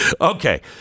Okay